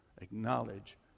Acknowledge